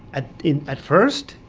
at at first,